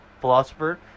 philosopher